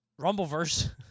Rumbleverse